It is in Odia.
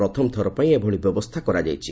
ପ୍ରଥମଥର ପାଇଁ ଏଭଳି ବ୍ୟବସ୍ଥା କରାଯାଇଛି